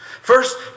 First